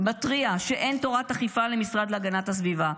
מתריע שאין תורת אכיפה למשרד להגנת הסביבה.